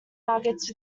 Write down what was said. nuggets